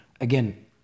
Again